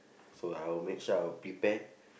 so I will make sure I will prepare